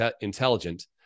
intelligent